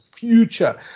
future